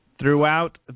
throughout